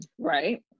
Right